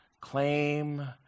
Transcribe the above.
claim